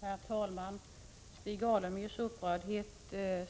Herr talman! Stig Alemyrs upprördhet